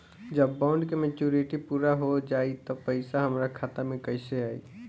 जब बॉन्ड के मेचूरिटि पूरा हो जायी त पईसा हमरा खाता मे कैसे आई?